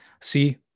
see